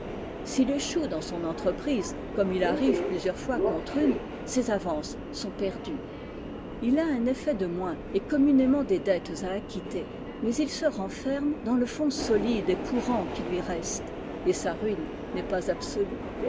s'il échoue dans son entreprise comme il arrive plusieurs fois contre une ses avances sont perdues il a un effet de moins et communément des dettes à acquitter mais il se renferme dans le fonds solide et courant qui lui reste et sa ruine n'est pas absolue